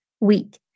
week